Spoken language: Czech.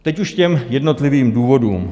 Teď už k jednotlivým důvodům.